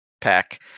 pack